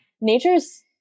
nature's